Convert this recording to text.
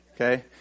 Okay